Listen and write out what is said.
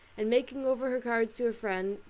and making over her cards to a friend,